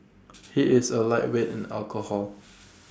he is A lightweight in alcohol